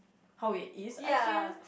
how it is I feel